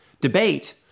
debate